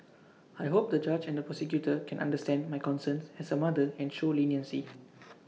I hope the judge and the prosecutor can understand my concerns as A mother and show leniency